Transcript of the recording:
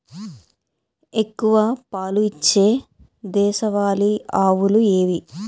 ఎక్కువ పాలు ఇచ్చే దేశవాళీ ఆవులు ఏవి?